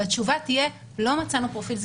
והתשובה תהיה: לא מצאנו פרופיל זכרי.